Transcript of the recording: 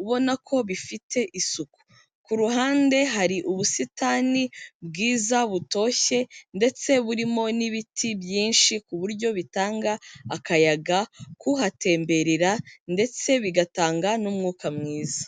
ubona ko bifite isuku, ku ruhande hari ubusitani bwiza butoshye ndetse burimo n'ibiti byinshi ku buryo bitanga akayaga k'uhatemberera ndetse bigatanga n'umwuka mwiza.